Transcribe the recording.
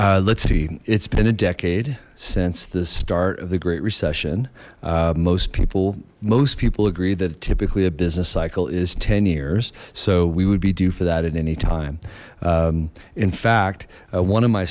well let's see it's been a decade since the start of the great recession most people most people agree that typically a business cycle is ten years so we would be due for that at any time in fact one of my